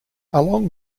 along